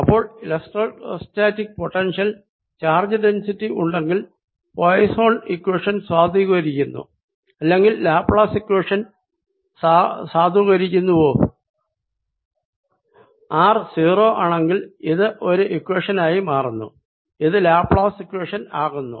അപ്പോൾ electrostatic potential charge density ഉണ്ടെങ്കിൽ Poisson equation സാധൂകരിക്കുന്നു അല്ലെങ്കിൽ ലാപ്ലേസ് ഇക്വേഷൻ സാധൂകരിക്കുന്നൂവോ r 0 ആണെങ്കിൽ ഇത് ഒരു ഇക്വേഷൻ ആയി മാറുന്നു ഇത് ലാപ്ലേസ് ഇക്വേഷൻ ആകുന്നു